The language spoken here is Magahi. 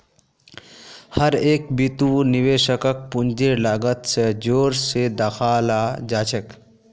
हर एक बितु निवेशकक पूंजीर लागत स जोर देखाला जा छेक